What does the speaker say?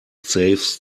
saves